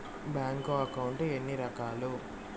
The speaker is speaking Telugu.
బ్యాంకు అకౌంట్ ఎన్ని రకాలు